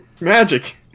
Magic